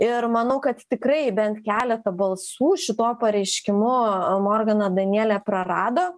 ir manau kad tikrai bent keleta balsų šituo pareiškimu morgana danielė prarado